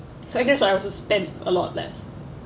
so I guess I also spend a lot less